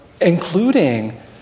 including